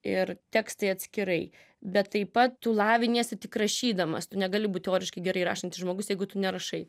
ir tekstai atskirai bet taip pat tu laviniesi tik rašydamas tu negali būt teoriškai gerai rašantis žmogus jeigu tu nerašai